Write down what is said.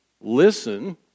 listen